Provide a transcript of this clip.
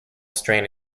strand